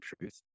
truth